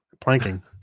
planking